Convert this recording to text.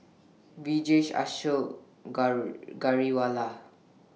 Vijesh Ashok Ghariwala